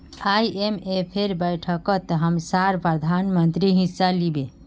आईएमएफेर बैठकत हमसार प्रधानमंत्री हिस्सा लिबे